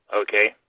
okay